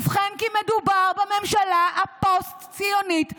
ובכן, כי מדובר בממשלה הפוסט-ציונית הראשונה.